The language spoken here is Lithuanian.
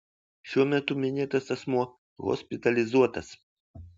šiuo metu minėtas asmuo hospitalizuotas